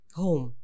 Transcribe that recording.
home